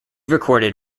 recorded